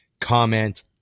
comment